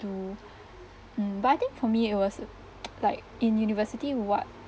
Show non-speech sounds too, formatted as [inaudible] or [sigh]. do mm but I think for me it was [noise] like in university what